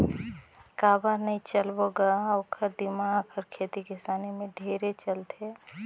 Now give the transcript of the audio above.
काबर नई चलबो ग ओखर दिमाक हर खेती किसानी में ढेरे चलथे